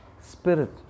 Spirit